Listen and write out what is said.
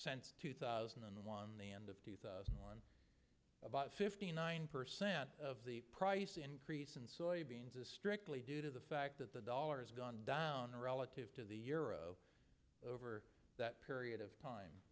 since two thousand and one the end of two thousand and one about fifty nine percent of the price increase in soybeans is strictly due to the fact that the dollar's gone down relative to the euro over that period of time